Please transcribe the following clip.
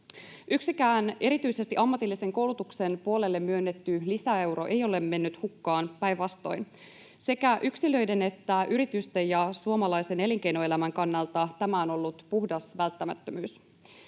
Yksikään erityisesti ammatillisen koulutuksen puolelle myönnetty lisäeuro ei ole mennyt hukkaan, päinvastoin. Sekä yksilöiden että yritysten ja suomalaisen elinkeinoelämän kannalta tämä on ollut puhdas välttämättömyys.